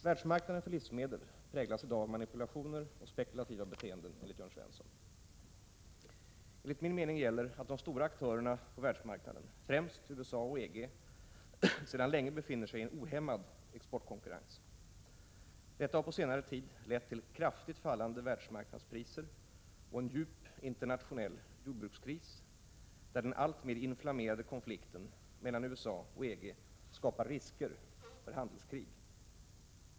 Världsmarknaden för livsmedel präglas i dag av manipulationer och spekulativa beteenden, enligt Jörn Svensson. Enligt min mening gäller att de stora aktörerna på världsmarknaden, främst USA och EG, sedan länge befinner sig i en ohämmad exportkonkurrens. Detta har på senare tid lett till kraftigt fallande världsmarknadspriser och en djup internationell jordbrukskris där den alltmer inflammerade konflikten mellan USA och EG skapar risker för handelskrig.